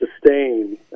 sustain